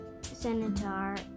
senator